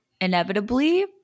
inevitably